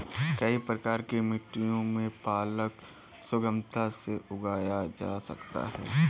कई प्रकार की मिट्टियों में पालक सुगमता से उगाया जा सकता है